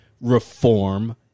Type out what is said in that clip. reform